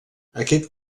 aquest